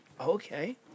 okay